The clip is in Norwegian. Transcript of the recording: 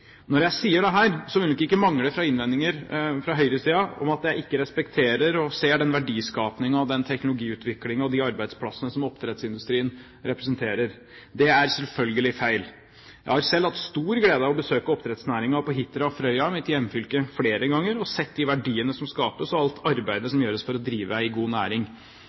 Når jeg sier dette, vil det nok ikke mangle på innvendinger fra høyresiden om at jeg ikke respekterer og ser den verdiskapingen, den teknologiutviklingen og de arbeidsplassene som oppdrettsindustrien representerer. Det er selvfølgelig feil. Jeg har selv flere ganger hatt stor glede av å besøke oppdrettsnæringen på Hitra og Frøya i mitt hjemfylke og sett de verdiene som skapes og alt arbeidet som gjøres for å drive en god næring.